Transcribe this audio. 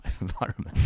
environment